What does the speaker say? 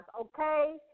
okay